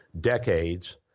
decades